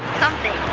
something!